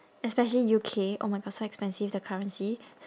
especially U_K oh my god so expensive the currency